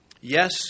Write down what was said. Yes